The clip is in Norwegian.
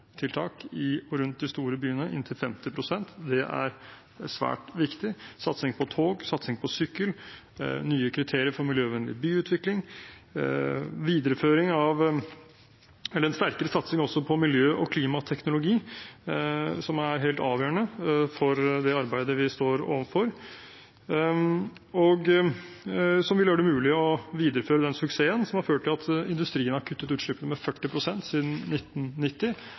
i og rundt de store byene; det er svært viktig – satsing på tog, satsing på sykkel, nye kriterier for miljøvennlig byutvikling og sterkere satsing også på miljø- og klimateknologi, som er helt avgjørende for det arbeidet vi står overfor, og som vil gjøre det mulig å videreføre den suksessen som har ført til at industrien har kuttet utslippene med 40 pst. siden 1990.